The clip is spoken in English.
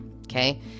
Okay